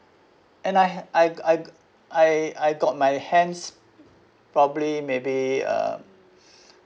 and I I I I I got my hands probably maybe uh